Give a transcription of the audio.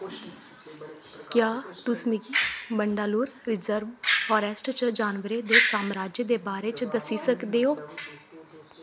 क्या तुस मिगी वंडालूर रिजर्व फारैस्ट च जानवरें दे सामराज्य दे बारे च दस्सी सकदे ओ